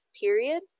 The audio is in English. period